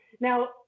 Now